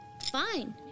Fine